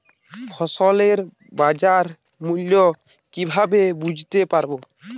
ফসলের বাজার মূল্য কিভাবে বুঝতে পারব?